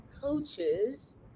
coaches